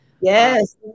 Yes